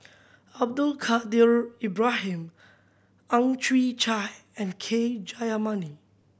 Abdul Kadir Ibrahim Ang Chwee Chai and K Jayamani